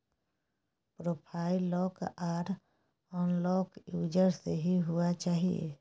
profile lock आर unlock user से ही हुआ चाहिए